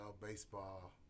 baseball